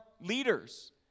leaders